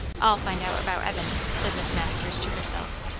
i'll find out about evan, said miss masters to herself.